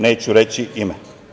Neću reći ime.